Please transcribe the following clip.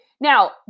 now